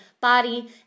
body